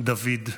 דוד,